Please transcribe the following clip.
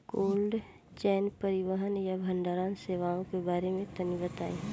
Cold chain परिवहन या भंडारण सेवाओं के बारे में तनी बताई?